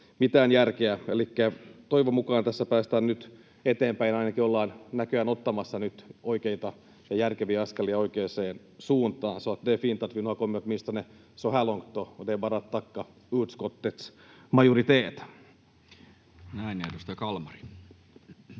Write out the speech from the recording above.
mitään järkeä. Elikkä toivon mukaan tässä päästään nyt eteenpäin. Ainakin ollaan näköjään ottamassa nyt oikeita ja järkeviä askelia oikeaan suuntaan. Det är